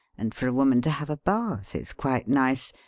and for a woman to have a bath is quite nice,